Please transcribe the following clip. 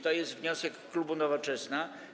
To jest wniosek klubu Nowoczesna.